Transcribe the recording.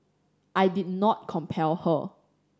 I did not compel her